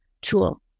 tool